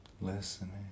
listening